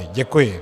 Děkuji.